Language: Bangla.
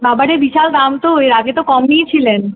বাবারে বিশাল দাম তো এর আগে তো কম নিয়েছিলেন